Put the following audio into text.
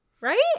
right